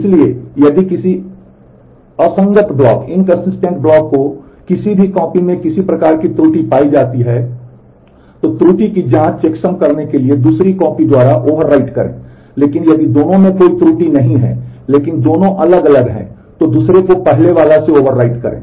इसलिए यदि किसी असंगत ब्लॉक की किसी भी कॉपी में किसी प्रकार की त्रुटि पाई जाती है तो त्रुटि की जांच करने के लिए दूसरी कॉपी द्वारा ओवर राइट करें लेकिन यदि दोनों में कोई त्रुटि नहीं है लेकिन दोनों अलग अलग हैं तो दूसरे को पहले वाला से ओवरराइट करें